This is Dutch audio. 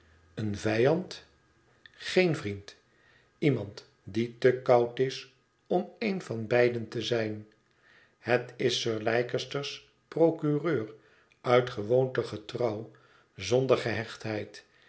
een vijand geen vriend iemand die te koud is om een van beiden te zijn het is sir leicester's procureur uit gewoonte getrouw zonder gehechtheid